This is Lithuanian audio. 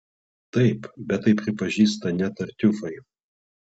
taip bet tai pripažįsta net tartiufai